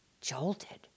jolted